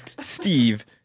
Steve